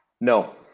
No